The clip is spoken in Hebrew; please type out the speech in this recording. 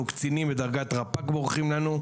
קצינים בדרגת רפ"ק בורחים לנו,